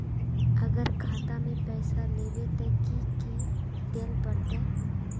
अगर खाता में पैसा लेबे ते की की देल पड़ते?